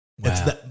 Wow